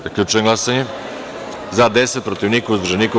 Zaključujem glasanje: za - 10, protiv - niko, uzdržanih - nema.